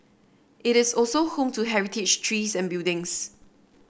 it is also home to heritage trees and buildings